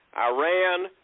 Iran